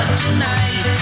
tonight